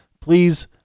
Please